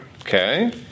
okay